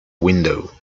window